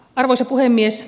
arvoisa puhemies